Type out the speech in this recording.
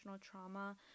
trauma